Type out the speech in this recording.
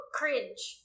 cringe